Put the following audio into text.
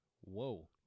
Whoa